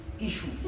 issues